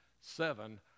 seven